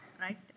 right